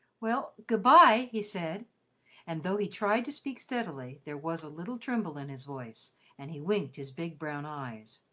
well, good-bye, he said and though he tried to speak steadily, there was a little tremble in his voice and he winked his big brown eyes.